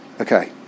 Okay